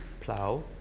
plow